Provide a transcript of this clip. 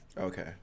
Okay